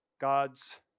God's